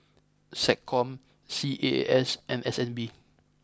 Sec Com C A A S and S N B